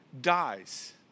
dies